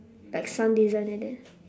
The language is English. like some design like that